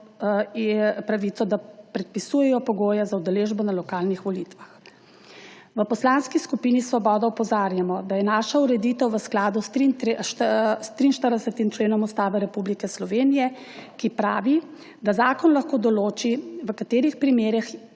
pravico, da predpisujejo pogoje za udeležbo na lokalnih volitvah. V Poslanski skupini Svoboda opozarjamo, da je naša ureditev v skladu s 43. členom Ustave Republike Slovenije, ki pravi, da zakon lahko določi, v katerih primerih